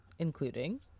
Including